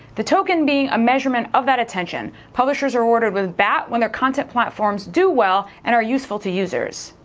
the token being a measurement of that attention. publishers are rewarded with bat when their content platforms do well and are useful to users.